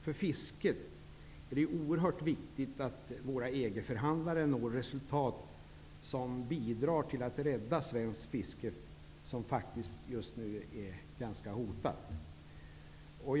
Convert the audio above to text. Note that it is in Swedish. För fisket är det oerhört viktigt att våra EG förhandlare når resultat som bidrar till att rädda svenskt fiske. Det är faktiskt ganska hotat just nu.